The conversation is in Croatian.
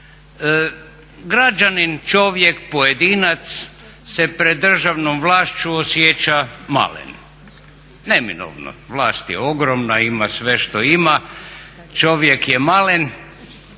Građanin, čovjek, pojedinac se pred državnom vlašću osjeća malen. Neminovno, vlast je ogromna, ima sve što ima, čovjek je malen